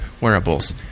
wearables